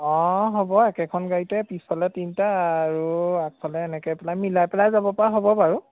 অঁ হ'ব একেখন গাড়ীতে পিছফালে তিনিটা আৰু আগফালে এনেকৈ পেলাই মিলাই পেলাই যাব পৰা হ'ব বাৰু